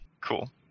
Cool